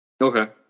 Okay